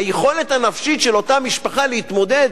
היכולת הנפשית של אותה משפחה להתמודד